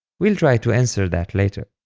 we'll try to answer that later.